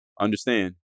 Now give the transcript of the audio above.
understand